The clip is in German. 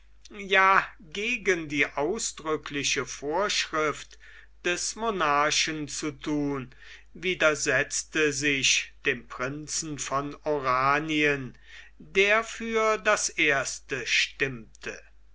ja gegen die ausdrückliche vorschrift des monarchen zu thun widersetzte sich dem prinzen von oranien der für das erste stimmte